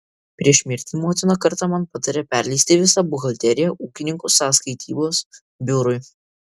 prieš mirtį motina kartą man patarė perleisti visą buhalteriją ūkininkų sąskaitybos biurui